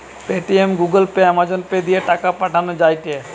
Paytm, Google Pay, Amazon Pay দিয়ে টাকা পাঠান যায়টে